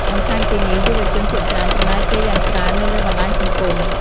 បន្ថែមពីនេះ យុវជនភាគច្រើនចំណាយពេលយ៉ាងច្រើននៅលើបណ្តាញសង្គម។